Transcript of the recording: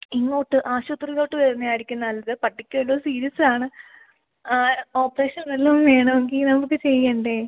ഇങ്ങോട്ട് ആശുപത്രിയിലോട്ട് വരുന്നയായിരിക്കും നല്ലത് പട്ടിക്കെന്തോ സീരിയസാണ് ഓപ്റേഷൻ വല്ലതും വേണമെങ്കിൽ നമുക്ക് ചെയ്യേണ്ടേ